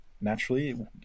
naturally